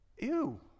Ew